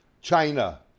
China